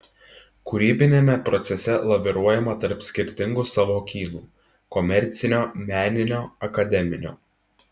kūrybiniame procese laviruojama tarp skirtingų sąvokynų komercinio meninio akademinio